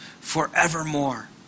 forevermore